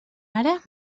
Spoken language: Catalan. ara